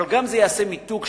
הדבר יביא גם למיתוג הנגב.